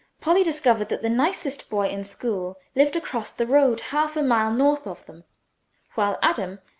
polly discovered that the nicest boy in school lived across the road half a mile north of them while adam,